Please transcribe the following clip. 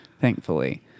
thankfully